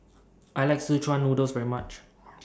I like Szechuan Noodles very much